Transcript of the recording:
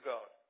God